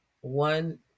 one